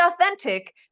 authentic